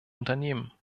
unternehmen